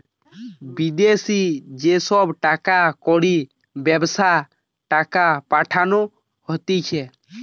বিদেশি যে সব টাকা কড়ির ব্যবস্থা টাকা পাঠানো হতিছে